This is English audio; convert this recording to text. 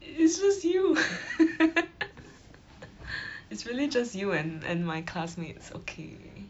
it's just you it's really just you and and my classmates okay